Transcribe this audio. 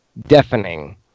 deafening